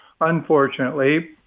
unfortunately